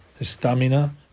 stamina